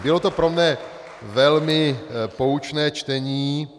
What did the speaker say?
Bylo to pro mne velmi poučné čtení.